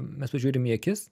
mes pažiūrim į akis